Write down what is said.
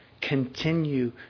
Continue